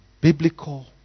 biblical